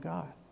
God